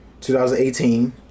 2018 –